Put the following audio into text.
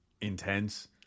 intense